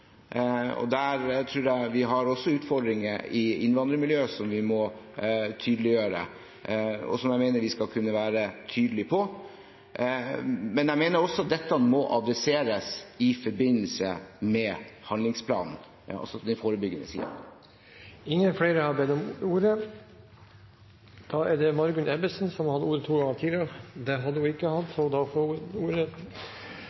Der tror jeg vi også har utfordringer i innvandrermiljøet som vi må tydeliggjøre, og som jeg mener vi skal kunne være tydelige på. Men jeg mener også at dette må adresseres i forbindelse med handlingsplanen, altså den forebyggende siden. Replikkordskiftet er dermed over. Det gjelder egentlig bare en stemmeforklaring, for jeg sa ingenting i innlegget om det løse forslaget fra Kristelig Folkeparti. Det kommer vi, fra Høyre og Fremskrittspartiet, ikke